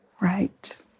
right